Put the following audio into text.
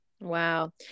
Wow